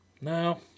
No